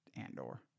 Andor